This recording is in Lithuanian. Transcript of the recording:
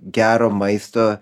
gero maisto